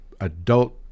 adult